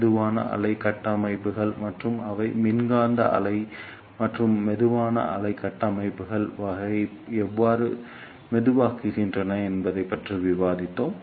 மெதுவான அலை கட்டமைப்புகள் மற்றும் அவை மின்காந்த அலை மற்றும் மெதுவான அலை கட்டமைப்புகளின் வகையை எவ்வாறு மெதுவாக்குகின்றன என்பதைப் பற்றி விவாதித்தோம்